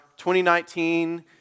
2019